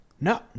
No